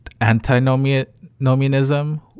antinomianism